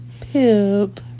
Pip